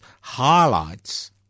highlights